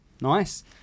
Nice